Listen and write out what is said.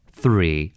three